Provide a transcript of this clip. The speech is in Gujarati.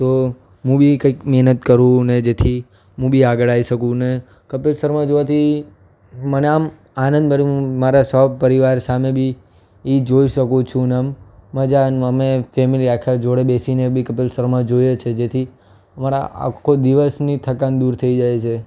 તો હું બી કંઈક મહેનત કરું ને જેથી હું બી આગળ આવી શકું ને કપિલ શર્મા જોવાથી મને આમ આનંદભર્યું મારે સહપરિવાર સામે બી એ જોઈ શકું છું ન આમ મજા ને અમે ફેમેલી આખા જોડે બેસીને બી કપિલ શર્મા જોઈએ છીએ જેથી મારા આખા દિવસની થકાન દૂર થઈ જાય છે